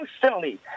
constantly